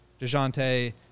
DeJounte